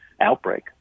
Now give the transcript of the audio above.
outbreak